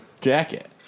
jacket